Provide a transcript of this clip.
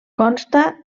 consta